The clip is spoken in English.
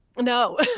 no